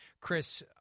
Chris